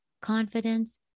confidence